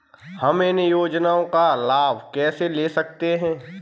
हम इन योजनाओं का लाभ कैसे ले सकते हैं?